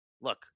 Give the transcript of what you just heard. look